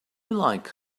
like